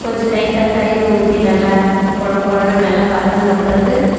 கொஞ்சம் லைட்டாக தயிர் ஊற்றி நல்லா கொழ கொழனு நல்லா வதங்கின பிறகு